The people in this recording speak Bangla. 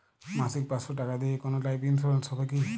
মাসিক পাঁচশো টাকা দিয়ে কোনো লাইফ ইন্সুরেন্স হবে কি?